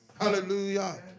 hallelujah